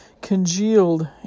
congealed